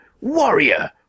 warrior